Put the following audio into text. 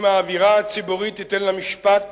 אם 'האווירה הציבורית' תיתן למשפט